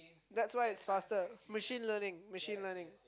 that's why it's faster machine learning machine learning